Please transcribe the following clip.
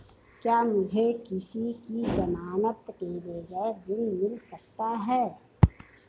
क्या मुझे किसी की ज़मानत के बगैर ऋण मिल सकता है?